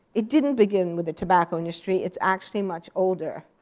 it didn't begin with the tobacco industry. it's actually much older.